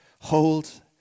hold